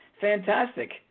fantastic